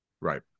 right